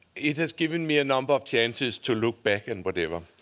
it has given me a number of chances to look back and whatever.